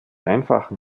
einfachen